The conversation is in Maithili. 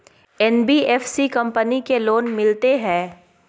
एन.बी.एफ.सी कंपनी की लोन मिलते है?